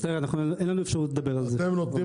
מצטער אין לנו אפשרות לדבר על זה --- לא רגע,